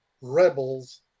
rebels